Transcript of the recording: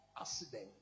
accident